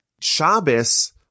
Shabbos